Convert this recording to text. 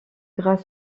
gras